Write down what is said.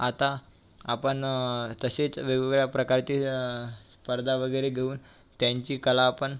आता आपण तसेच वेगवेगळ्या प्रकारचे स्पर्धा वगैरे घेऊन त्यांची कला आपण